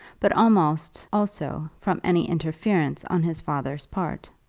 but almost also from any interference on his father's part.